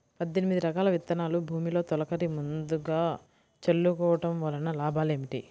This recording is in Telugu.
పద్దెనిమిది రకాల విత్తనాలు భూమిలో తొలకరి ముందుగా చల్లుకోవటం వలన లాభాలు ఏమిటి?